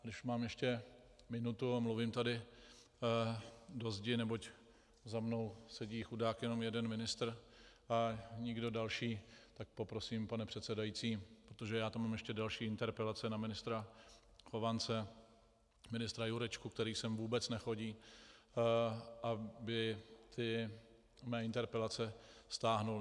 Když mám ještě minutu a mluvím tady do zdi, neboť za mnou sedí chudák jenom jeden ministr a nikdo další, tak poprosím, pane předsedající, protože já tam mám ještě další interpelace na ministra Chovance, ministra Jurečku, který sem vůbec nechodí, abyste mé interpelace stáhl.